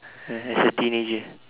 as a teenager